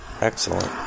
Excellent